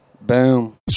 Boom